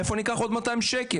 מאיפה ניקח עוד 200 שקל,